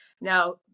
Now